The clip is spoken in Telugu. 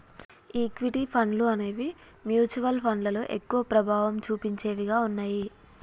ఈక్విటీ ఫండ్లు అనేవి మ్యూచువల్ ఫండ్లలో ఎక్కువ ప్రభావం చుపించేవిగా ఉన్నయ్యి